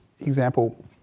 example